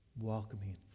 welcoming